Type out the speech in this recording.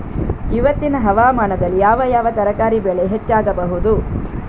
ಇವತ್ತಿನ ಹವಾಮಾನದಲ್ಲಿ ಯಾವ ಯಾವ ತರಕಾರಿ ಬೆಳೆ ಹೆಚ್ಚಾಗಬಹುದು?